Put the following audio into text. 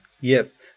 Yes